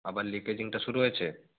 আবার লিকেজিংটা শুরু হয়েছে